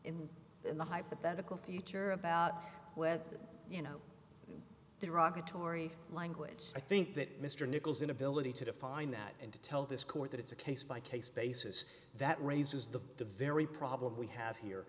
it in the hypothetical future about where you know there aka tori language i think that mr nichols inability to define that and to tell this court that it's a case by case basis that raises the the very problem we have here